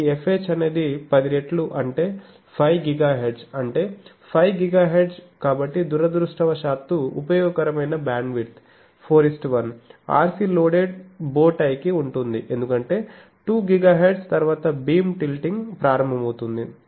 మీరు చూసే బ్యాండ్విడ్త్ 10 1 విలక్షణమైనది 10 1 అంటే మీకు 500 MHz ఉంటే అప్పుడు మీ లూప్ fL 500Hz మరియు మీ fH అనేది 10 రెట్లు అంటే 5GHz అంటే 5 GHz కాబట్టి దురదృష్టవశాత్తు ఉపయోగకరమైన bandwidth 41 RC loaded bow tie కి ఉంటుంది ఎందుకంటే 2GHz తర్వాత బీమ్ టిల్టింగ్ ప్రారంభమవుతుంది